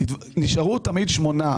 נשארו תמיד שמונה.